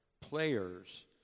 players